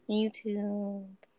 YouTube